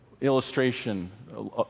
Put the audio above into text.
illustration